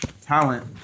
talent